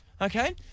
Okay